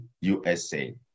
USA